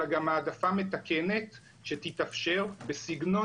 אלא גם העדפה מתקנת שתתאפשר בסגנון